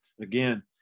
again